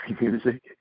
music